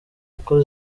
uko